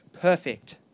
perfect